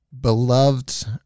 beloved